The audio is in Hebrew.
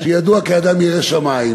שידוע כאדם ירא שמים,